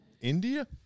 India